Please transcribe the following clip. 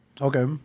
Okay